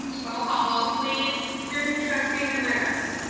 roll call vote please. student trustee jimenez.